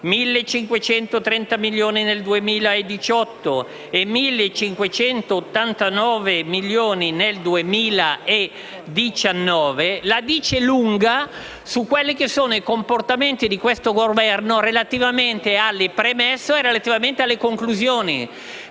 1.530 nel 2018 e 1.589 nel 2019), la dice lunga su quelli che sono i comportamenti di questo Governo relativamente alle premesse e alle conclusioni.